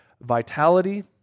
vitality